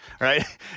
right